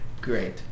Great